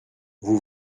vous